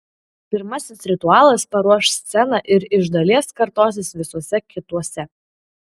pirmasis ritualas paruoš sceną ir iš dalies kartosis visuose kituose